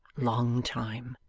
long time.